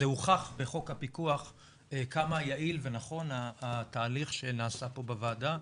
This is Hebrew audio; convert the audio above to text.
זה הוכח בחוק הפיקוח כמה יעיל ונכון התהליך שנעשה פה בוועדה.